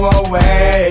away